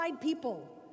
people